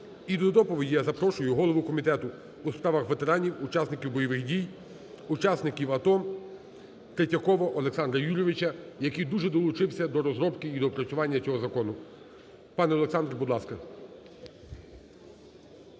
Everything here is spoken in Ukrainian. І до доповіді запрошую голову Комітету у справах ветеранів, учасників бойових дій, учасників АТО Третьякова Олександра Юрійовича, який дуже долучився до розробки і доопрацювання цього закону. Пане Олександр, будь ласка.